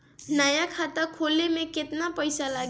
नया खाता खोले मे केतना पईसा लागि?